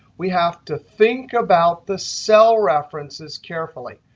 we have to think about the cell references carefully.